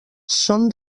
són